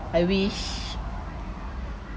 I wish